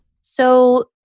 So-